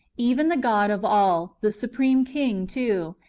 even the god of all, the supreme king, too,